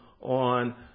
on